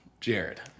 Jared